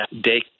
day